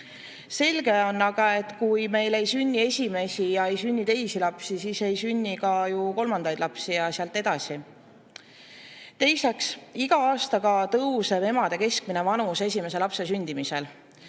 Selge on aga, et kui ei sünni esimesi ega teisi lapsi, siis ei sünni ka kolmandaid lapsi ja sealt edasi. Teiseks, iga aastaga tõuseb emade keskmine vanus esimese lapse sündimisel.